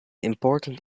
important